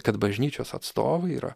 kad bažnyčios atstovai yra